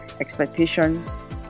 expectations